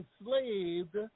enslaved